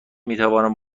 میتوانم